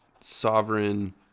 sovereign